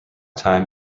time